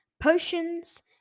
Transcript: potions